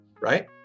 right